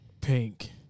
Pink